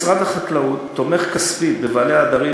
משרד החקלאות תומך כספית בבעלי העדרים